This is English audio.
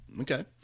Okay